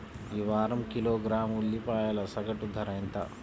ఈ వారం కిలోగ్రాము ఉల్లిపాయల సగటు ధర ఎంత?